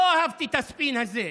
לא אהבתי את הספין הזה.